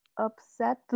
upset